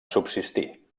subsistir